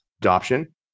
adoption